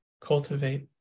cultivate